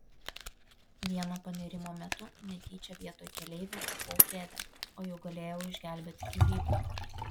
vieno panėrimo metu netyčia vietoj keleivio čiupau kėdę o juk galėjau išgelbėti gyvybę